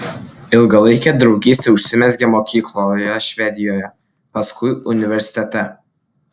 ilgalaikė draugystė užsimezgė mokykloje švedijoje paskui universitete